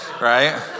right